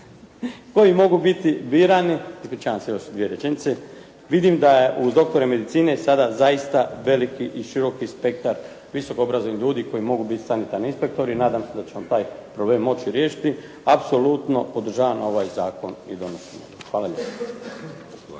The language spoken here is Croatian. koji mogu biti birani, ispričavam se, još dvije rečenice, vidim da je uz doktora medicine sada zaista veliki i široki spektar visokoobrazovnih ljudi koji mogu biti sanitarni inspektori. I nadam se da ćemo taj problem moći riješiti. Apsolutno podržavam ovaj zakon. Hvala lijepa.